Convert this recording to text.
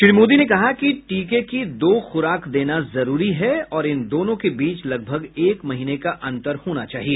श्री मोदी ने कहा कि टीके की दो खुराक देना जरूरी है और इन दोनों के बीच लगभग एक महीने का अंतर होना चाहिए